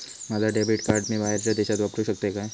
माझा debit card मी बाहेरच्या देशात वापरू शकतय काय?